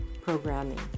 programming